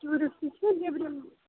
tourist چھِ نٮ۪برِم